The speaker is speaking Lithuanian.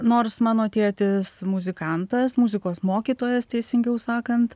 nors mano tėtis muzikantas muzikos mokytojas teisingiau sakant